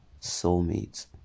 soulmates